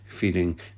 feeling